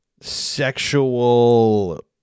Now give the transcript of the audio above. sexual